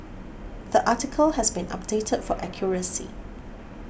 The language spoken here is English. the article has been updated for accuracy